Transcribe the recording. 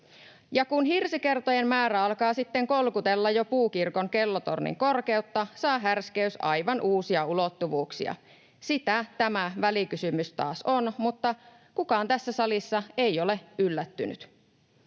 kun hirsikertojen määrä alkaa sitten kolkutella jo puukirkon kellotornin korkeutta, saa härskiys aivan uusia ulottuvuuksia. Sitä tämä välikysymys taas on, mutta kukaan tässä salissa ei ole yllättynyt.